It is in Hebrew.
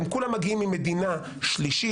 הם כולם מגיעים ממדינה שלישית,